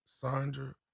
Sandra